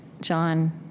John